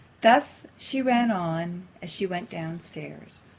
thus she ran on, as she went downstairs.